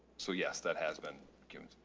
so yes, that has been given.